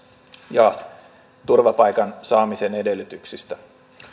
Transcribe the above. ja turvapaikan saamisen edellytyksistä